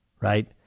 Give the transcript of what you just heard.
right